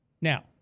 Now